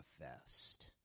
manifest